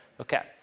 Okay